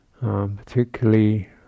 particularly